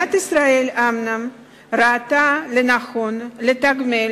מדינת ישראל אומנם ראתה לנכון לתגמל